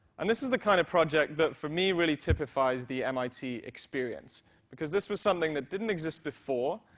and this is the kind of project that for me really typifies the mit experience because this was something that didn't exist before.